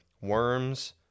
worms